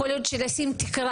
ויכול להיות שצריך לשים תקרה,